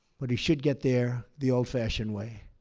but he should get there the old-fashioned way,